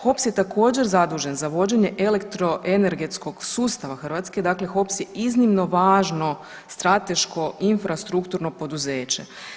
HOPS je također zadužen za vođenje elektroenergetskog sustava Hrvatske dakle, HOPS je iznimno važno strateško i infrastrukturno poduzeće.